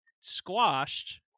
squashed